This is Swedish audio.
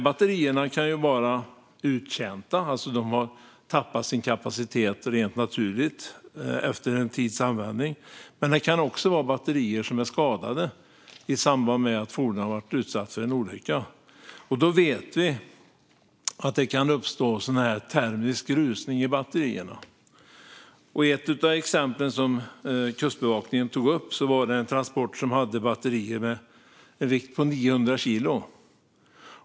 Batterierna kan vara uttjänta, det vill säga att de rent naturligt har tappat sin kapacitet efter en tids användning. Men det kan också handlade om batterier som skadats i samband med att fordon har varit utsatta för en olycka. Vi vet att det då kan uppstå termisk rusning i batterierna. Ett av de exempel som Kustbevakningen tog upp handlade om en transport som hade batterier med en vikt på 900 kilo.